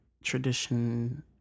tradition